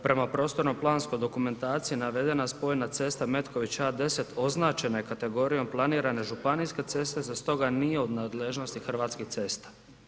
Prema prostorno planskoj dokumentaciji navedena spojna cesta Metković A10 označena je kategorijom planirane županijske ceste te stoga nije u nadležnosti Hrvatskih cesta.